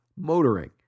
motoring